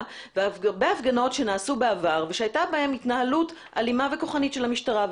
ובהרבה הפגנות שנעשו בעבר והייתה בהן התנהלות אלימה וכוחנית של המשטרה.